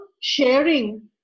sharing